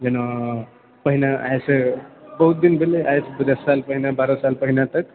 जेना पहिने आइसे बहुत दिन भेलै आइसे दश साल बारह साल पहिने तक